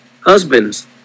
Husbands